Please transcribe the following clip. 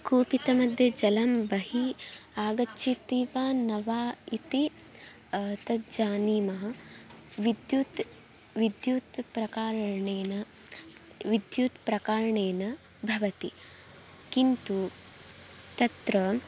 कूपमध्ये जलं बहिः आगच्छति वा न वा इति तद् जानीमः विद्युत् विद्युत् प्रकारेण विद्युत् प्रकारेण भवति किन्तु तत्र